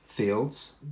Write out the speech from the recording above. Fields